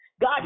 God